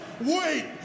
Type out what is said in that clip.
wait